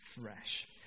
fresh